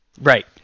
Right